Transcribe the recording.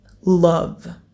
love